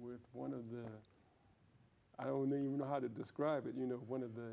with one of the i don't even know how to describe it you know one of the